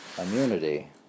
immunity